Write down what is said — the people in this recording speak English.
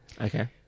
Okay